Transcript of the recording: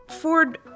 Ford